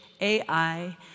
AI